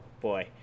boy